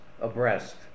abreast